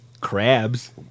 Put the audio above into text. crabs